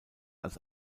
als